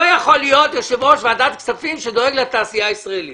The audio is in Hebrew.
לא יכול להיות יושב ראש ועדת הכספים שדואג לתעשייה הישראלית.